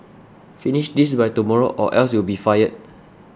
finish this by tomorrow or else you'll be fired